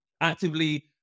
Actively